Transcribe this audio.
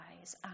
eyes